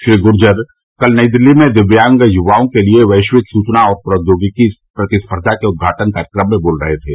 श्री गूर्जर कल नई दिल्ली में दिव्यांग युवाओं के लिए वैश्विक सुचना और प्रौद्योगिकी प्रतिस्पर्धा के उद्घाटन कार्यक्रम में बोल रहे थे